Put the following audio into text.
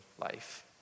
life